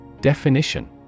Definition